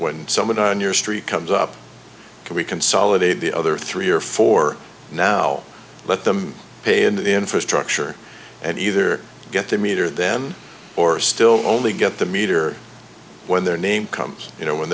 when someone on your street comes up and we consolidate the other three or four now let them pay in the infrastructure and either get the meter then or still only get the meter when their name comes you know when